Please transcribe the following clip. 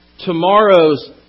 Tomorrow's